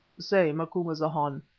say, macumazahn,